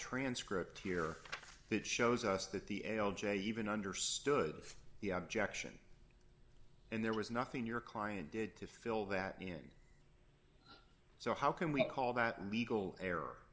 transcript here that shows us that the l j even understood the objection and there was nothing your client did to fill that in so how can we call that legal error